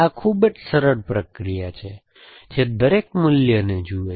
આ ખૂબ જ સરળ પ્રક્રિયા છે જે દરેક મૂલ્યને જુએ છે